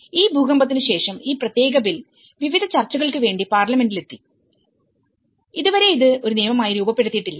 ഈ ഭൂകമ്പത്തിന് ശേഷം ഈ പ്രത്യേക ബിൽ വിവിധ ചർച്ചകൾക്ക് വേണ്ടി പാർലമെന്റിൽ എത്തി ഇത് വരെ ഇത് ഒരു നിയമമായി രൂപപ്പെടുത്തിയിട്ടില്ല